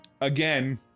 again